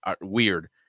weird